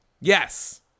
yes